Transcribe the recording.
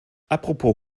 apropos